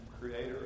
creator